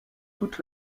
toute